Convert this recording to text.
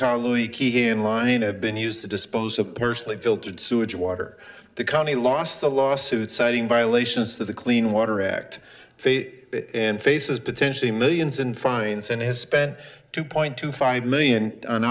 t louis key in line have been used to dispose of personally filtered sewage water the county lost the lawsuit citing violations to the clean water act and faces potentially millions in fines and has spent two point two five million on